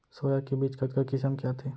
Soya के बीज कतका किसम के आथे?